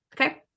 Okay